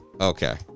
Okay